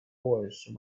horse